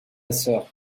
sœur